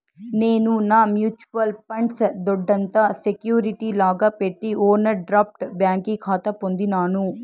నేను నా mutual funds దొడ్డంత సెక్యూరిటీ లాగా పెట్టి ఓవర్ డ్రాఫ్ట్ బ్యాంకి కాతా పొందినాను